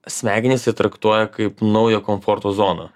smegenys tai traktuoja kaip naują komforto zoną